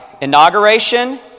inauguration